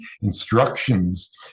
instructions